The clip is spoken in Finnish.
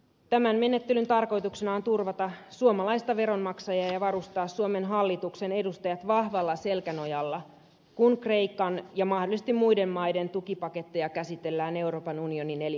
tämän menettelyn tarkoituksena on turvata suomalaista veronmaksajaa ja varustaa suomen hallituksen edustajat vahvalla selkänojalla kun kreikan ja mahdollisesti muiden maiden tukipaketteja käsitellään euroopan unionin elimissä